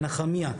מנחמיה,